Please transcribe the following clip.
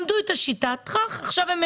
למדו את השיטה ועכשיו: טראח,